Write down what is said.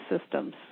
systems